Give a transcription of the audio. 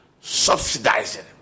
subsidizing